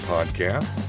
Podcast